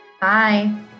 Bye